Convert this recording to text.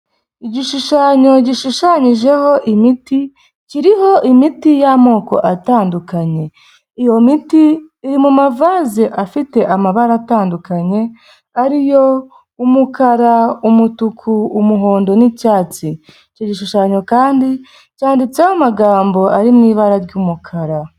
Igishushanyo gishushanyijeho imiti kiriho imiti y'amoko atandukanye iyo miti iri mu mavase afite amabara atandukanye ari yo umukara umutuku umuhondo n'icyatsi icyo gishushanyo kandi cyanditseho amagambo ari mu ibara ry'umukara.